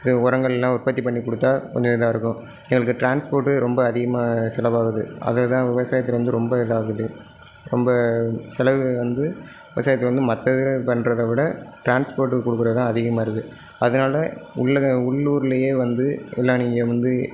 இது உரங்கள்லாம் உற்பத்தி பண்ணி கொடுத்தா கொஞ்சம் இதாயிருக்கும் எனக்கு டிரான்ஸ்போட்டு ரொம்ப அதிகமாக செலவாகுது அதுதான் விவசாயத்துக்கு வந்து ரொம்ப இதாகுது ரொம்ப செலவு வந்து விவசாயத்துக்கு வந்து மற்ற இது பண்ணுறதவிட டிரான்ஸ்போர்ட்டுக்கு கொடுக்கறதுதான் அதிகமாயிருக்கு அதனால உள்ளூர்லேயே வந்து எல்லாம் நீங்கள் வந்து